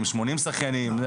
80 שחיינים,